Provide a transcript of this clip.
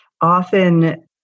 often